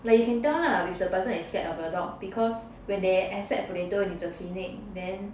like you can tell lah if the person is scared of your dog because when they accept potato into the clinic then